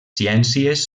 ciències